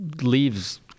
leaves